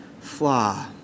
flaw